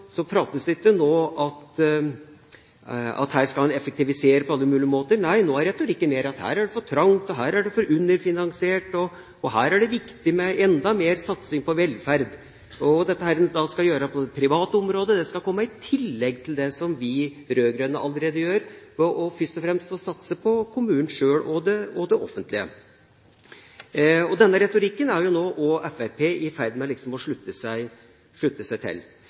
nå om at en skal effektivisere på alle mulige måter. Nei, nå går retorikken mer på at «her er det for trangt», og «her er det for underfinansiert», og «her er det viktig med enda mer satsing på velferd». Det en skal gjøre på det private området, skal komme i tillegg til det som vi rød-grønne allerede gjør – først og fremst ved å satse på kommunen selv og på det offentlige. Denne retorikken er nå også Fremskrittspartiet i ferd med å slutte seg